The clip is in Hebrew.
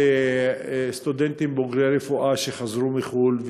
הקורסים לסטודנטים בוגרי רפואה שחזרו מחו"ל.